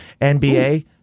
NBA